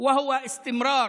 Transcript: להלן תרגומם: